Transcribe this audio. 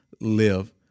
live